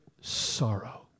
sorrow